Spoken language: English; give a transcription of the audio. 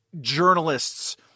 journalists